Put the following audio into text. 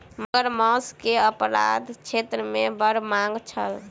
मगर मौस के अपराध क्षेत्र मे बड़ मांग छल